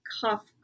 cuff